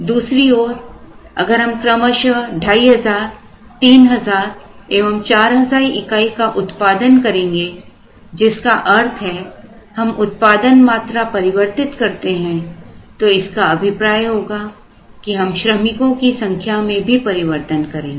दूसरी और अगर हम क्रमशः 2500 3000 एवं 4000 इकाई का उत्पादन करेंगे जिसका अर्थ है हम उत्पादन मात्रा परिवर्तित करते हैं तो इसका अभिप्राय होगा कि हम श्रमिकों की संख्या में भी परिवर्तन करेंगे